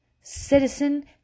citizen